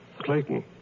Clayton